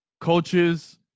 coaches